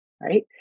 Right